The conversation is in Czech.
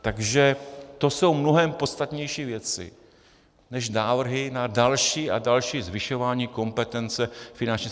Takže to jsou mnohem podstatnější věci než návrhy na další a další zvyšování kompetence Finanční správy.